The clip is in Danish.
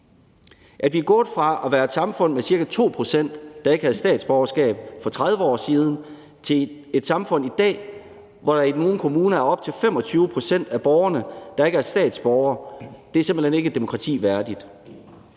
At vi er gået fra at være et samfund med ca. 2 pct., der ikke havde statsborgerskab, for 30 år siden til et samfund i dag, hvor det i nogle kommuner er op til 25 pct. af borgerne, der ikke er statsborgere, er simpelt hen ikke et demokrati værdigt.